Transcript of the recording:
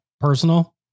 personal